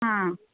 ಹಾಂ